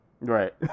Right